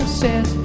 says